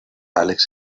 alex